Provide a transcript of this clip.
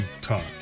talk